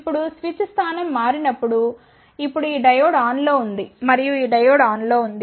ఇప్పుడు స్విచ్ స్థానం మారినప్పుడు ఇప్పుడు ఈ డయోడ్ ఆన్లో ఉంది మరియు ఈ డయోడ్ ఆన్లో ఉంది